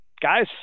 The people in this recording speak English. guys